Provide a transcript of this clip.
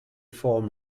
form